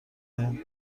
این